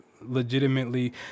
legitimately